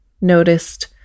noticed